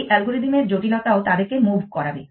এই অ্যালগোরিদম এর জটিলতাও তাদেরকে মুভ করাবে